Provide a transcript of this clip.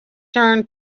turned